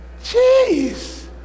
Jeez